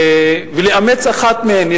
ויאמץ אחת מהן.